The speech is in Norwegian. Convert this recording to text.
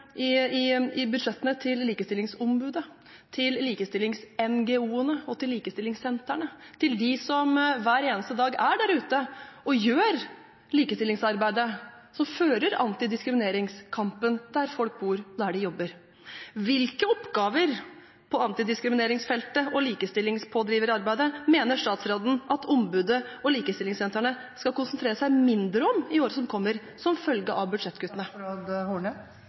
budsjettene til Likestillingsombudet, til likestillings-NGO-ene og til likestillingssentrene, de som hver eneste dag er der ute og gjør likestillingsarbeidet, som fører antidiskrimineringskampen der folk bor, der de jobber. Hvilke oppgaver på antidiskrimineringsfeltet og i likestillingspådriverarbeidet mener statsråden at ombudet og likestillingssentrene skal konsentrere seg mindre om i årene som kommer, som følge av budsjettkuttene?